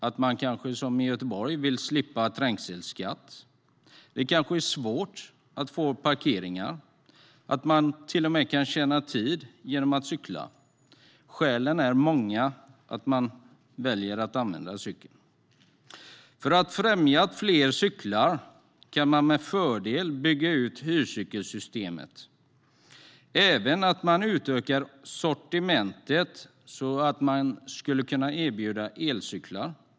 Man vill kanske, som i Göteborg, slippa trängselskatt. Det kanske är svårt att få parkering. Man kan till och med tjäna tid genom att cykla. Skälen till att man väljer att använda cykel är många. För att främja att fler människor cyklar kan man med fördel bygga ut hyrcykelsystemet. Det handlar även om att utöka sortimentet. Man skulle kunna erbjuda elcyklar.